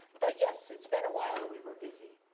but yes, it's been a while and we were busy.